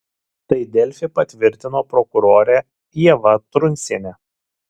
tai delfi patvirtino prokurorė ieva truncienė